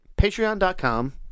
patreon.com